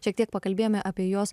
šiek tiek pakalbėjome apie jos